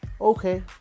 Okay